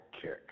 kick